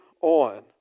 on